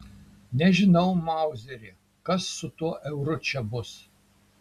nežinau mauzeri kas su tuo euru čia bus